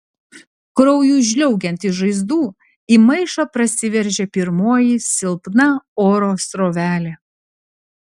kraujui žliaugiant iš žaizdų į maišą prasiveržė pirmoji silpna oro srovelė